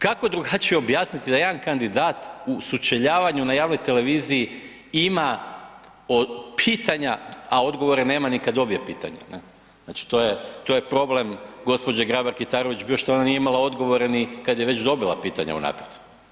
Kako drugačije objasniti da jedan kandidat u sučeljavanju na javnoj televiziji ima pitanja, a odgovore nema ni kada dobije pitanja, znači to je problem gospođe Grabar Kitarović što ona nije imala odgovore ni kada je već dobila pitanja unaprijed?